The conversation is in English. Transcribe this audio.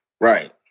Right